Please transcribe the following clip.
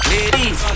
Ladies